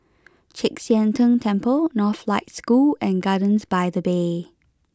Chek Sian Tng Temple Northlight School and Gardens by the Bay